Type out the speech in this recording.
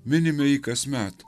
minime jį kasmet